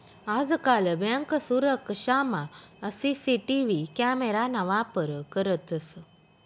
आजकाल बँक सुरक्षामा CCTV camera ना वापर करतंस